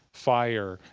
fire,